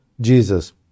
Jesus